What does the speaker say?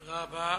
תודה רבה.